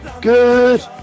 Good